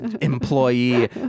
employee